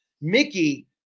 Mickey